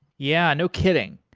yeah, no kidding.